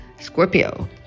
Scorpio